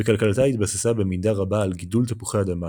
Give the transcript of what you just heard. וכלכלתה התבססה במידה רבה על גידול תפוחי אדמה,